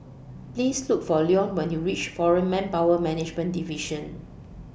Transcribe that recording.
Please Look For Leone when YOU REACH Foreign Manpower Management Division